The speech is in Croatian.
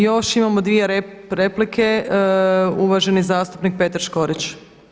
Još imamo dvije replike, uvaženi zastupnik Petar Škorić.